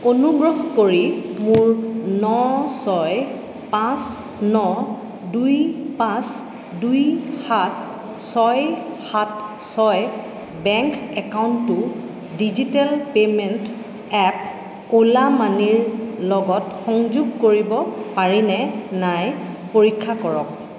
অনুগ্ৰহ কৰি মোৰ ন ছয় পাঁচ ন দুই পাঁচ দুই সাত ছয় সাত ছয় বেংক একাউণ্টটো ডিজিটেল পে'মেণ্ট এপ অ'লা মানিৰ লগত সংযোগ কৰিব পাৰিনে নাই পৰীক্ষা কৰক